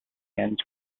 hands